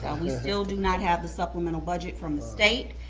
and we still do not have the supplemental budget from the state.